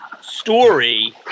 story